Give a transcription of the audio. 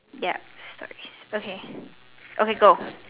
yup okay okay go